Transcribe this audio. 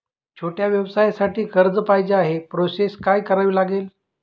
छोट्या व्यवसायासाठी कर्ज पाहिजे आहे प्रोसेस काय करावी लागेल?